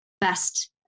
best